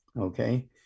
okay